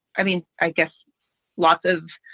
i mean, i guess lots of